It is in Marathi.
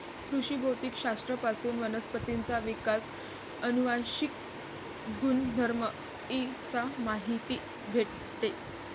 कृषी भौतिक शास्त्र पासून वनस्पतींचा विकास, अनुवांशिक गुणधर्म इ चा माहिती भेटते